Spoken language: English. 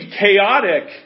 chaotic